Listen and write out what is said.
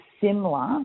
similar